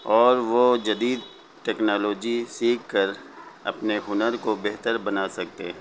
اور وہ جدید ٹیکنالوجی سیکھ کر اپنے ہنر کو بہتر بنا سکتے ہیں